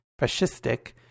fascistic